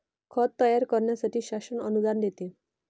खत तयार करण्यासाठी शासन अनुदान देते